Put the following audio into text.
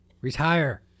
Retire